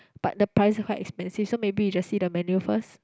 but the price quite expensive so maybe you just see the menu first